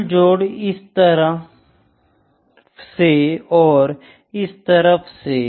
कुल जोड़ इस तरफ से और इस तरफ से